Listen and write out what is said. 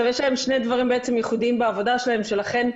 יש להן שני דברים ייחודיים בעבודה שלהן שלכן,